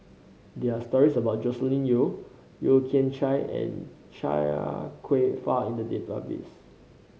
there are stories about Joscelin Yeo Yeo Kian Chai and Chia Kwek Fah in the database